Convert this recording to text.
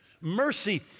Mercy